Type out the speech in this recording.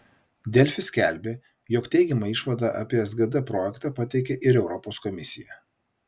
delfi skelbė jog teigiamą išvadą apie sgd projektą pateikė ir europos komisija